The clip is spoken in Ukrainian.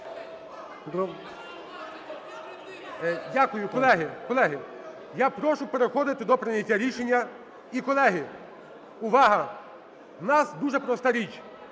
Колеги! Колеги, я прошу переходити до прийняття рішення. І, колеги, увага! У нас дуже проста річ: